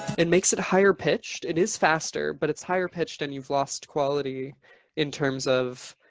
it makes it higher pitched, it is faster, but it's higher pitched and you've lost quality in terms of